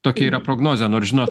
tokia yra prognozė nors žinot